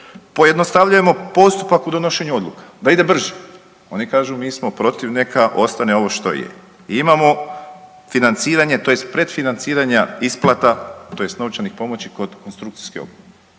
Pojednostavljujemo postupak u donošenju odluka da ide brže. Oni kažu mi smo protiv, neka ostane ovo što je. Imamo financiranje, tj. predfinanciranja isplata tj. novčanih pomoći kod konstrukcijske obnove.